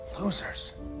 Losers